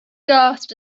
gasped